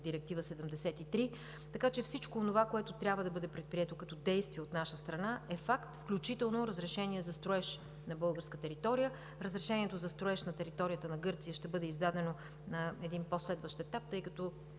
Директива 73, така че всичко онова, което трябва да бъде предприето като действие от наша страна, е факт, включително разрешение за строеж на българска територия. Разрешението за строеж на територията на Гърция ще бъде издадено на един последващ етап, тъй като